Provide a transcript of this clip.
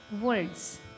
words